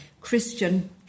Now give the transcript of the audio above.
Christian